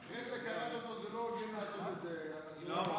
אחרי שקראת לו, זה לא הוגן לעשות את זה, לא,